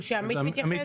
או שעמית מתייחס?